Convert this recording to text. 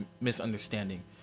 misunderstanding